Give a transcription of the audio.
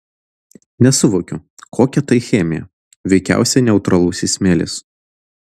nesuvokiu kokia tai chemija veikiausiai neutralusis smėlis